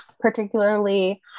particularly